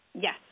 Yes